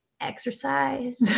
exercise